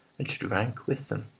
and should rank with them.